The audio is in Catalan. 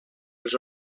els